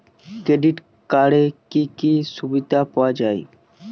Credit কার্ডের কি কি সুবিধা পাওয়া যায়?